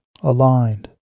aligned